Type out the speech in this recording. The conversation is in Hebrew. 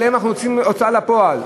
ועליהם הוצאנו הוצאה לפועל.